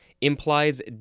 implies